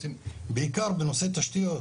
זה בעיקר בנושאי תשתיות,